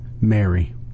Mary